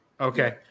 Okay